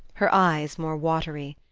her eyes more watery.